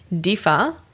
differ